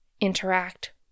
interact